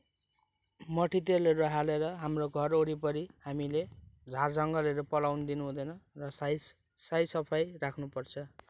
मट्टितेलहरू हालेर हाम्रो घर वरिपरि हामीले झारजङ्गलहरू पलाउन दिनुहुँदैन र साफसफाइ राख्नुपर्छ